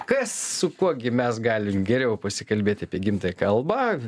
kas su kuo gi mes galim geriau pasikalbėti apie gimtąją kalbą